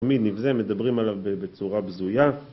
תמיד נבזה, מדברים עליו בצורה בזויה